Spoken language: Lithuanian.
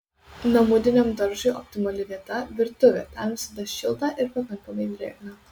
namudiniam daržui optimali vieta virtuvė ten visada šilta ir pakankamai drėgna